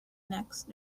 next